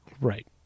Right